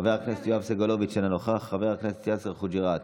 חבר הכנסת אריאל קלנר,